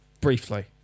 briefly